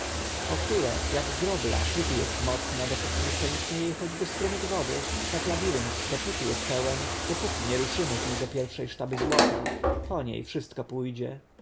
powtóre jak grobla póty jest mocna póki nie przeniknie jej choćby strumyk wody tak labirynt dopóty jest pełen dopóki nie ruszymy z niego pierwszej sztaby złota po niej wszystko pójdzie